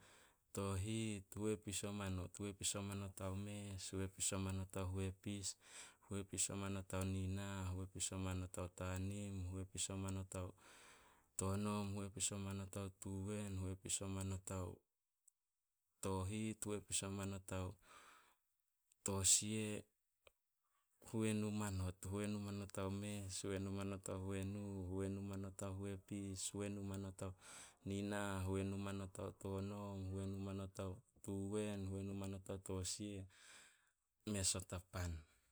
Tohit, Huepis o manot, Huepis o manot ao mes, Huepis o manot ao huepis, Huepis o manot ao nina, Huepis o manot ao tanim, Huepis o manot ao tonom, Huepis o manot ao tuwen, Huepis o manot ao tosia, Huenu o manot, Huenu manot ao mes, Huenu o manot ao huenu, Huenu o manot ao huepis, Huenu o manot ao nina, Huenu manot ao tonom, Huenu o manot ao tuwen, Huenu o manot ao tosia, Mes o tapan.